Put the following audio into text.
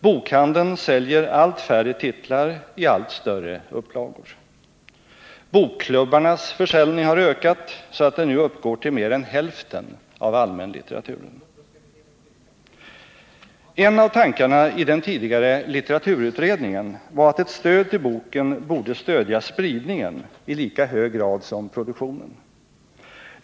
Bokhandeln säljer allt färre titlar i allt större upplagor. Bokklubbarnas försäljning har ökat så att den nu uppgår till mer än hälften av allmänlitteraturen. En av tankarna i den tidigare litteraturutredningen var att ett stöd till boken borde stödja spridningen i lika hög grad som produktionen.